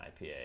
IPA